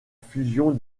fusion